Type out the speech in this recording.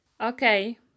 Okay